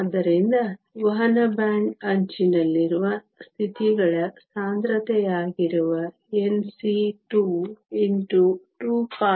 ಆದ್ದರಿಂದ ವಹನ ಬ್ಯಾಂಡ್ ಅಂಚಿನಲ್ಲಿರುವ ಸ್ಥಿತಿಗಳ ಸಾಂದ್ರತೆಯಾಗಿರುವ Nc 22πmeikTh232